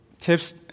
tips